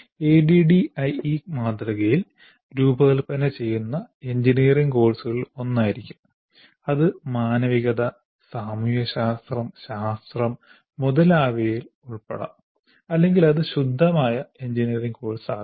ADDIE മാതൃകയിൽ രൂപകൽപ്പന ചെയ്യുന്ന എഞ്ചിനീയറിംഗ് കോഴ്സുകളിൽ ഒന്നായിരിക്കും അത് മാനവികത സാമൂഹ്യശാസ്ത്രം ശാസ്ത്രം മുതലായവയിൽ ഉൾപ്പെടാം അല്ലെങ്കിൽ അത് ശുദ്ധമായ എഞ്ചിനീയറിംഗ് കോഴ്സാകാം